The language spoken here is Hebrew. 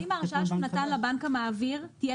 האם ההרשאה שאתה נותן לבנק המעביר תהיה